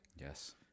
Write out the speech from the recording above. Yes